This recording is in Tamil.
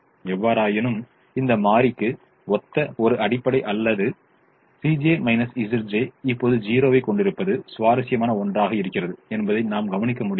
எவ்வாறாயினும் இந்த மாறிக்கு ஒத்த ஒரு அடிப்படை அல்லாத இப்போது 0 ஐக் கொண்டிருப்பது சுவாரஸ்யமான ஒன்றாக இருக்கிறது என்பதை நாம் கவனிக்க முடிகிறது